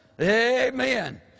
Amen